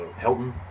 Helton